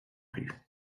plus